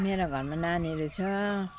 मेरा घरमा नानीहरू छ